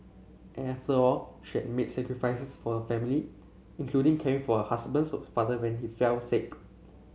after all she had made sacrifices for the family including caring for her husband's of father when he fell sick